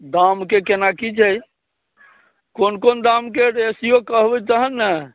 दामके केना की छै कोन कोन दामके रेसिओ कहबै तहन ने